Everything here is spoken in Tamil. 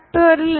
2nn k